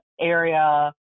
area